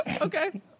Okay